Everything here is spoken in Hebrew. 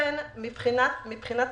לכן מבחינה תקציבית,